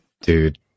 Dude